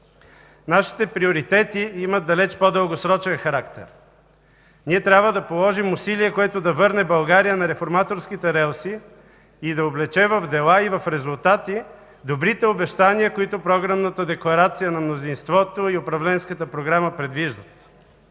Нашите приоритети имат далеч по-дългосрочен характер. Ние трябва да положим усилие, което да върне България на реформаторските релси и да облече в дела и в резултати добрите обещания, които Програмната декларация на мнозинството и управленската програма предвиждат.